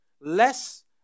less